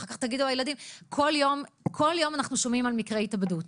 אחר כך תגידו לילדים כל יום אנחנו שומעים על מקרה התאבדות,